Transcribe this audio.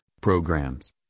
programs